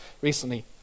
recently